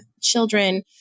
children